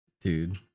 Dude